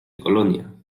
colonia